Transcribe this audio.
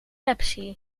pepsi